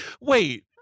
Wait